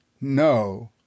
No